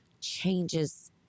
changes